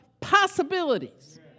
possibilities